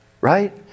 Right